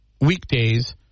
weekdays